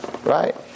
Right